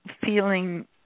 feeling